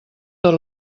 tot